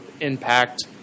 impact